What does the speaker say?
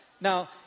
Now